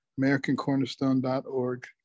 AmericanCornerstone.org